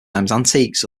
antiques